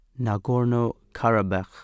Nagorno-Karabakh